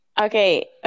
Okay